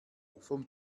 vom